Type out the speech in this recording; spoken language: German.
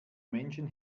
menschen